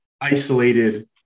isolated